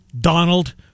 Donald